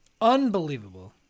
Unbelievable